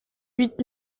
huit